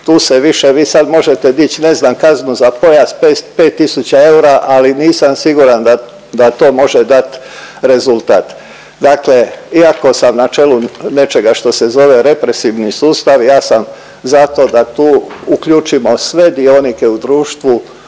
tu se više vi sad možete dić ne znam kaznu za pojas pet tisuća eura, ali nisam siguran da to može dat rezultat. Dakle, iako sam na čelu nečega što se zove represivni sustav, ja sam za to da tu uključimo sve dionike u društvu